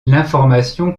l’information